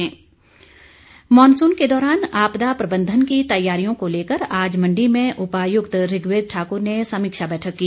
आपदा मॉनसून के दौरान आपदा प्रबंधन की तैयारियों को लेकर आज मंडी में उपायुक्त ऋग्वेद ठाकुर ने समीक्षा बैठक की